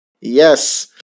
Yes